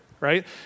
Right